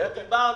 --- דיברנו.